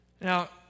Now